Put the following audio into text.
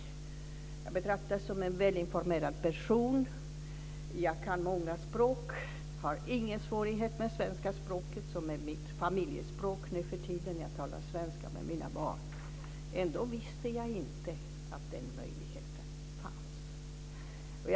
Jag betraktas som en välinformerad person. Jag kan många språk och har inga svårigheter med svenska språket som är mitt familjespråk nuförtiden. Jag talar svenska med mina barn. Ändå visste jag inte att den möjligheten fanns.